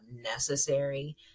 necessary